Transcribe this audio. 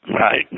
Right